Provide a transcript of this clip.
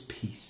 peace